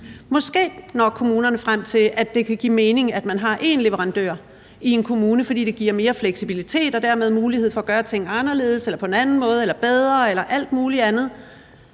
Måske når kommunerne frem til, at det kan give mening, at man har én leverandør i en kommune, fordi det giver mere fleksibilitet og dermed mulighed for at gøre ting anderledes eller på en anden måde eller bedre eller alt muligt andet.